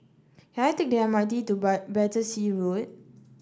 can I take the M R T to Battersea Road